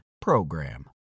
PROGRAM